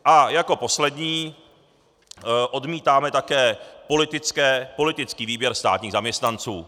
A jako poslední, odmítáme také politický výběr státních zaměstnanců.